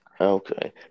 Okay